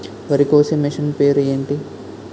వరి కోసే మిషన్ పేరు ఏంటి